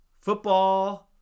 football